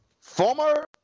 former